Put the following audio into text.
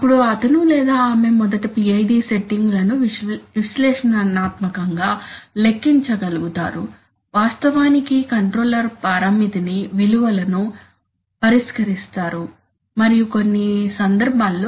అప్పుడు అతను లేదా ఆమె మొదట PID సెట్టింగులను విశ్లేషణాత్మకంగా లెక్కించగలుగుతారు వాస్తవానికి కంట్రోలర్ పారామితి విలువలను పరిష్కరిస్తారు మరియు కొన్ని సందర్భాల్లో